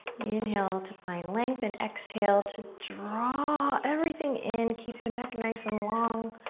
inhale to find length and exhale to draw everything in. keep the neck nice and long.